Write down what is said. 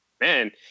man